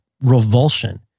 revulsion